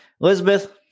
Elizabeth